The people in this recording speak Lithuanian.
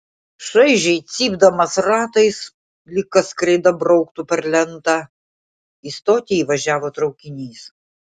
šaižiai cypdamas ratais lyg kas kreida brauktų per lentą į stotį įvažiavo traukinys